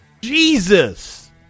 Jesus